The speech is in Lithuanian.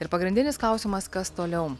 ir pagrindinis klausimas kas toliau